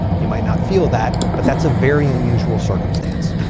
you might not feel that. but that's a very unusual circumstance.